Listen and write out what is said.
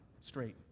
straight